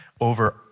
over